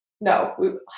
no